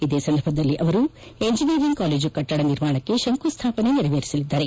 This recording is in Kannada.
ಇದೇ ಸಂದರ್ಭದಲ್ಲಿ ಅವರು ಇಂಜಿನಿಯರಿಂಗ್ ಕಾಲೇಜು ಕಟ್ಟಡ ನಿರ್ಮಾಣಕ್ಕೆ ಶಂಕುಸ್ಥಾಪನೆ ನೆರವೇರಿಸಲಿದ್ದಾರೆ